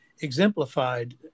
exemplified